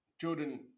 Jordan